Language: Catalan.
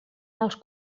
els